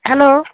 hello